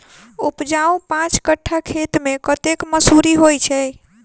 उपजाउ पांच कट्ठा खेत मे कतेक मसूरी होइ छै?